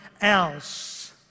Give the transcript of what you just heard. else